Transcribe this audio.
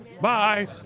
Bye